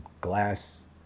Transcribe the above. glass